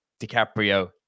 DiCaprio